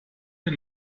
den